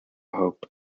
hope